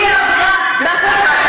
היא עברה בהחלטת ממשלה.